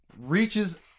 reaches